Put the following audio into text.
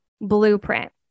Blueprint